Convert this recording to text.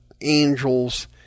angels